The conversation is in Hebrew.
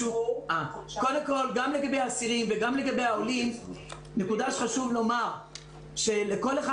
גם לגבי אסירים וגם לגבי העולים חשוב לומר שלכל אחד